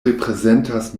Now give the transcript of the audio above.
reprezentas